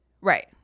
right